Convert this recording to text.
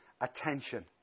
attention